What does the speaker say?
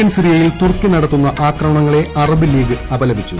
വടക്കൻ സിറിയയിൽ തുർക്കി നടത്തുന്ന ആക്രമണങ്ങളെ അറബ് ലീഗ് അപലപിച്ചു